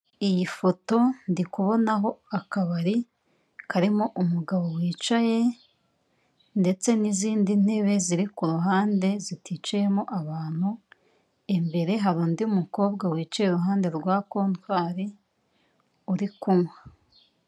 Iyi foto ndi kubonaho akabari karimo umugabo wicaye ndetse n'izindi ntebe ziri ku ruhande ziticayemo abantu, imbere hari undi mukobwa wicaye iruhande rwa kontwari uri kunywa.